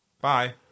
Bye